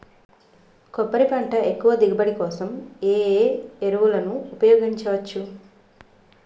కొబ్బరి పంట ఎక్కువ దిగుబడి కోసం ఏ ఏ ఎరువులను ఉపయోగించచ్చు?